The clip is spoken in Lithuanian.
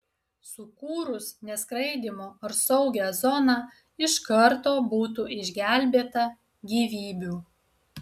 sukūrus neskraidymo ar saugią zoną iš karto būtų išgelbėta gyvybių